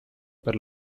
per